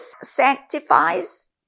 sanctifies